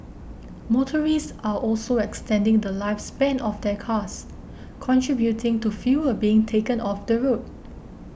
motorists are also extending the lifespan of their cars contributing to fewer being taken off the road